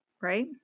right